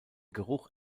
geruch